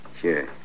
Sure